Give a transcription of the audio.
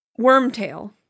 Wormtail